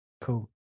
cool